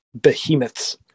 behemoths